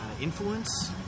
influence